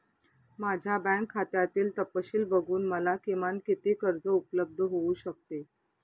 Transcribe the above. माझ्या बँक खात्यातील तपशील बघून मला किमान किती कर्ज उपलब्ध होऊ शकते?